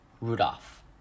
Rudolph